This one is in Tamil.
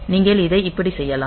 நீங்கள் இதை இப்படி செய்யலாம்